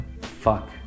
Fuck